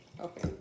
Okay